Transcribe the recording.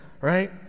right